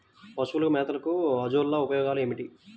పశువుల మేతగా అజొల్ల ఉపయోగాలు ఏమిటి?